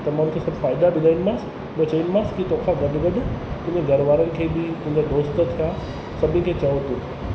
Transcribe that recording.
त मां हुन खे फ़ाइदा ॿुधाईंदोमांसि ऐं चईंदोमांसि की तोखां गॾु गॾु तुंहिंजे घरवारनि खे बि तुंहिंजे दोस्त थिया सभीनि खे चओ तूं